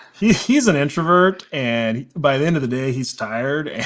he's he's an introvert and by the end of the day he's tired and